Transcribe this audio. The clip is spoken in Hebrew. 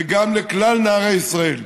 וגם לכלל נערי ישראל,